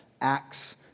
ACTS